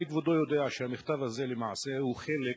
הרי כבודו יודע שהמכתב הזה, למעשה, הוא חלק